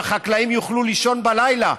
והחקלאים יוכלו לישון בלילה,